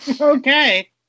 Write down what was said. Okay